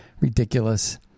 ridiculous